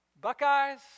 buckeyes